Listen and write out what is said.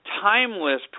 timeless